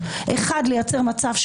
אני הייתי בתקופה